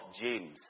James